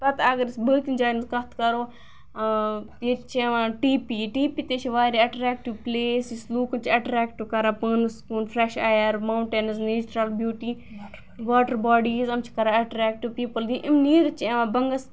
پَتہٕ اگر أسۍ بٲقٕے جاین ہِنٛز کَتھ کَرو ییٚتہ چھِ یوان ٹی پی ٹی پی تہِ چھِ واریاہ اَٹریکٹو پٕلیس یُس لُکَن چھُ اکریکٹ کَران پانس کُن fresh air mountains natural beauty water bodies یِم چھِ کران ایٚٹریکٹ پیپٕل یِم نیٖرِتھ چھِ بَنگس